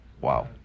wow